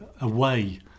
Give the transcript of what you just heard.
away